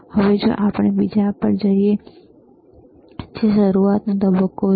હવે આપણે બીજા પર જઈએ જે શરૂઆતનો તબક્કો છે